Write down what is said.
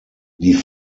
die